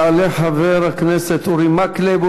יעלה חבר הכנסת אורי מקלב,